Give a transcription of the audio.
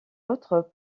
autres